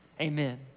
Amen